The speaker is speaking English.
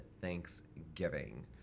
thanksgiving